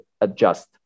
adjust